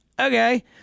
Okay